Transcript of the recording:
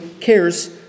cares